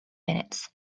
minutes